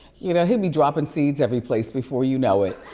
you know, he'll be dropping seeds everyplace before you know it.